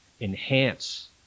Enhance